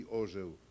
orzeł